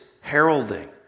heralding